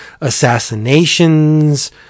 assassinations